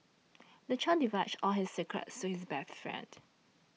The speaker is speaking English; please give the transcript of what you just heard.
the child divulged all his secrets to his best friend